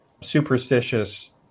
superstitious